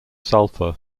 sulfur